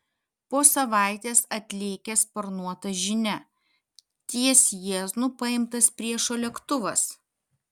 po savaitės atlėkė sparnuota žinia ties jieznu paimtas priešo lėktuvas